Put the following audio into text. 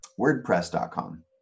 wordpress.com